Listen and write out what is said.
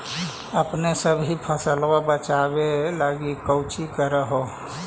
अपने सभी फसलबा के बच्बे लगी कौची कर हो?